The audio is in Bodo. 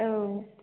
औ